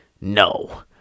no